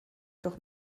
doch